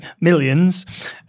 millions